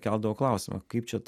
keldavau klausimą kaip čia